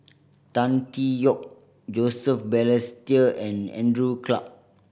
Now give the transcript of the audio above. Tan Tee Yoke Joseph Balestier and Andrew Clarke